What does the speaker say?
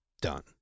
Done